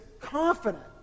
confident